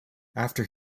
after